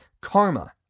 Karma